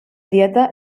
dieta